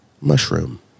Mushroom